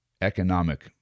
economic